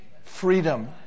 Freedom